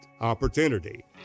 opportunity